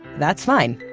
that's fine.